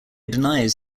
denies